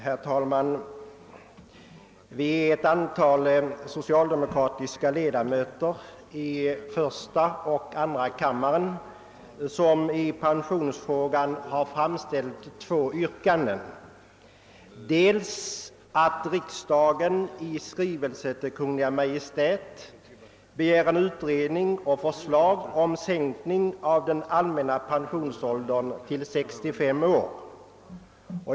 Herr talman! Ett antal socialdemokratiska ledamöter i första och andra kammaren har i pensionsfrågan framställt två yrkanden. Det första är att riksdagen i skrivelse till Kungl. Maj:t begär en utredning och förslag om sänkning av den allmänna pensionsåldern till 65 år.